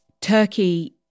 Turkey